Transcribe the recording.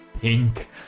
Pink